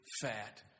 fat